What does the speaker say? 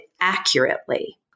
accurately